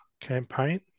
campaign